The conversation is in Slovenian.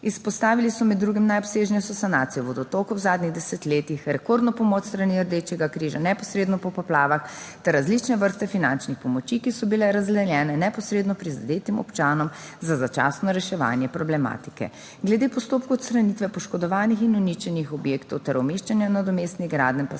Izpostavili so med drugim najobsežnejšo sanacijo vodotokov v zadnjih desetletjih, rekordno pomoč s strani Rdečega križa neposredno po poplavah ter različne vrste finančnih pomoči, ki so bile razdeljene neposredno prizadetim občanom za začasno reševanje problematike. Glede postopkov odstranitve poškodovanih in uničenih objektov ter umeščanja nadomestnih gradenj pa se je